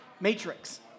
matrix